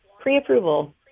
pre-approval